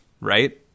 right